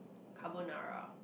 carbonara